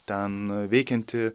ten veikianti